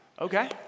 Okay